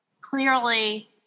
clearly